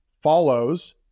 follows